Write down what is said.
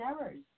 errors